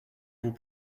vous